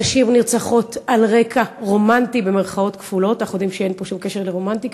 נשים נרצחות "על רקע רומנטי" אנחנו יודעים שאין פה שום קשר לרומנטיקה,